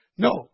No